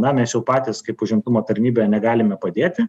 na mas jau patys kaip užimtumo tarnyba negalime padėti